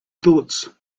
thoughts